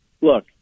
Look